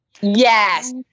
yes